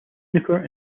snooker